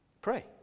Pray